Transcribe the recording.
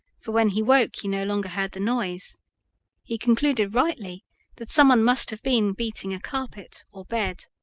for when he woke he no longer heard the noise he concluded rightly that some one must have been beating a carpet or bed.